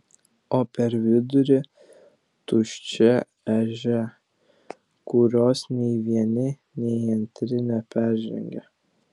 o per vidurį tuščia ežia kurios nei vieni nei antri neperžengia